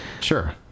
Sure